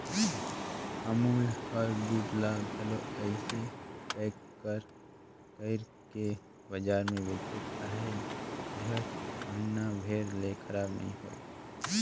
अमूल हर दूद ल घलो अइसे पएक कइर के बजार में बेंचत अहे जेहर महिना भेर ले खराब नी होए